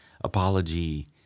apology